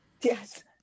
Yes